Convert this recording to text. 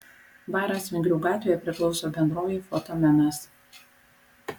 baras vingrių gatvėje priklauso bendrovei fotomenas